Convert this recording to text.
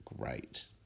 great